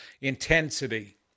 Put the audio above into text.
intensity